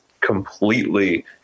completely